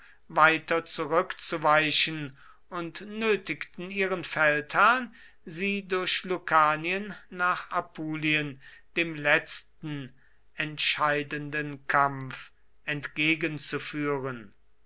weiter zurückzuweichen und nötigten ihren feldherrn sie durch lucanien nach apulien dem letzten entscheidenden kampf